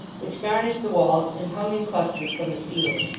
which garnished the walls and hung in clusters from the ceiling.